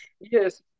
Yes